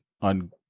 on